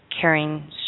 carrying